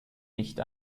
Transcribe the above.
nicht